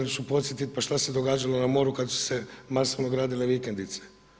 Ali ću podsjetiti što se događalo na moru kada su se masovno gradile vikendice.